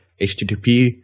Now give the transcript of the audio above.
HTTP